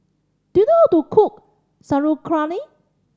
do you know how to cook Sauerkraut